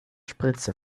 spritze